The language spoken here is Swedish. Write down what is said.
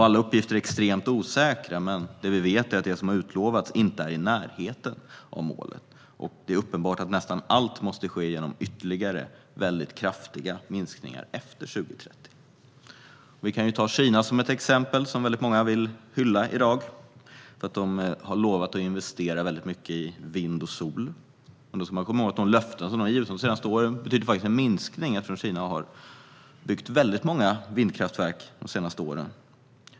Alla uppgifter är extremt osäkra, men det vi vet är att det som har utlovats inte är i närheten av målen. Det är uppenbart att nästan allt måste ske genom ytterligare väldigt kraftiga minskningar efter 2030. Vi kan som exempel ta Kina, som många vill hylla i dag för att de har lovat att investera kraftigt i vind och sol. Men då ska man komma ihåg att de löften som de har givit de senaste åren betyder en minskning, eftersom Kina har byggt väldigt många vindkraftverk de senaste åren.